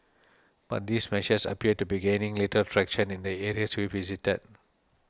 but these measures appear to be gaining little traction in the areas we visited